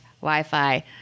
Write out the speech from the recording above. Wi-Fi